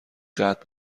قطع